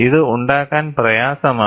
ഇത് ഉണ്ടാക്കാൻ പ്രയാസമാണ്